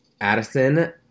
Addison